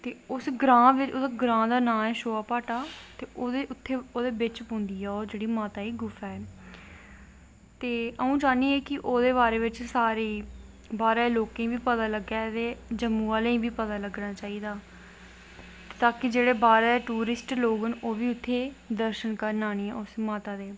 ते उस ग्रांऽ दा नांऽ ऐ शओआपाटा ओह्दे बिच्च पौंदी ऐ जेह्ड़ी माता दी गुफा ऐ ते अऊं ताह्नी ऐं कि ओह्दै बारे च सारें गी बाह्र दे लोकें गी बी पता लग्गै ते जम्मू आह्लें गी बी पता लग्गना चाही दा ताकि जेह्ड़े बाह्र ते लोग न ओह् बी उत्थें टूरिस्ट दर्शन करन आह्नियै उस माता दे